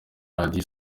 radio